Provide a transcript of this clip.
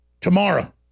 tomorrow